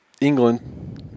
England